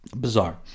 bizarre